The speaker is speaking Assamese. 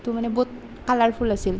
সেইটো মানে বহুত কালাৰফুল আছিল